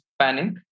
panic